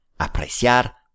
Apreciar